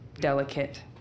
delicate